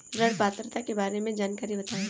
ऋण पात्रता के बारे में जानकारी बताएँ?